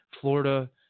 Florida